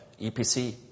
EPC